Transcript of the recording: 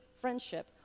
friendship